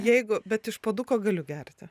jeigu bet iš puoduko galiu gerti